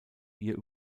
ihr